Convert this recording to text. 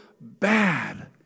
bad